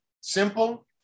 simple